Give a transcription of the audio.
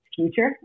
future